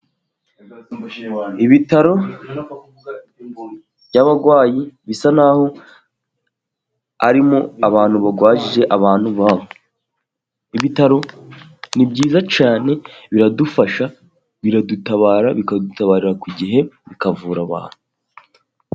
Ibitaro by'abarwayi bisa naho arimo abantu barwajije abantu babo, ibitaro ni byiza cyane biradufasha, biradutabara, bikadutabarira ku gihe, bikavura vuba.